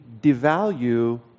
devalue